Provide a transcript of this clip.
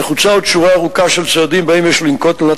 נחוצה עוד שורה ארוכה של צעדים שיש לנקוט על מנת